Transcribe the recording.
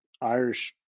Irish